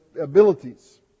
abilities